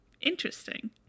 Interesting